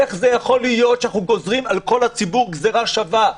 איך יכול להיות שאנחנו גוזרים על כל הציבור גזרה שווה?